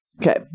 okay